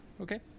Okay